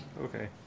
Okay